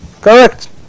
Correct